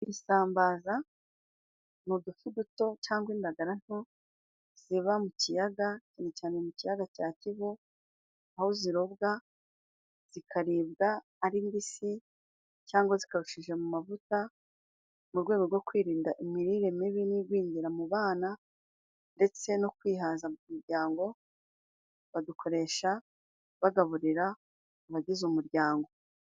Isambaza ni udufi duto, cyangwa indagara nto ziba mu kiyaga, cyane cyane mu kiyaga cya kivu, aho zirombwa zikaribwa ari mbisi, cyangwa zikawushije mu mavuta, mu rwego rwo kwirinda imirire mibi n'igwingira mu bana, ndetse no kwihaza mu miryango, babikoresha bagaburira abagize umuryango.